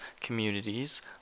Communities